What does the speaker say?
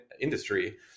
industry